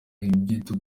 ibyo